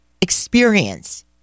experience